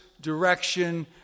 direction